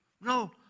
No